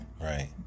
right